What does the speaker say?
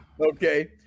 Okay